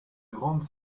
grande